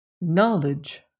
knowledge